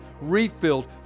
refilled